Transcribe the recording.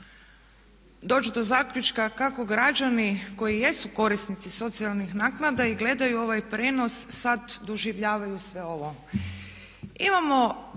doći do zaključka kako građani koji jesu korisnici socijalnih naknada i gledaju ovaj prijenos sada doživaljavaju sve ovo.